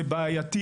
זה בעייתי,